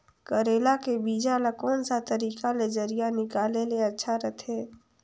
करेला के बीजा ला कोन सा तरीका ले जरिया निकाले ले अच्छा रथे?